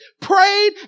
prayed